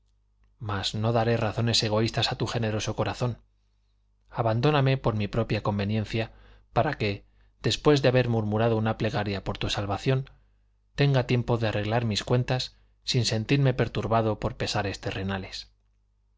mas no daré razones egoístas a tu generoso corazón abandóname por mi propia conveniencia para que después de haber murmurado una plegaria por tu salvación tenga tiempo de arreglar mis cuentas sin sentirme perturbado por pesares terrenales